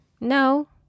No